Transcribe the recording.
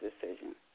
Decision